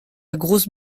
grosse